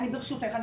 ברשותך,